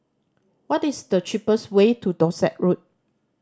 what is the cheapest way to Dorset Road